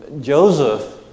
Joseph